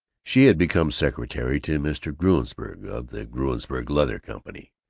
she had become secretary to mr. gruensberg of the gruensberg leather company